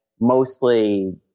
mostly –